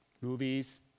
movies